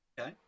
Okay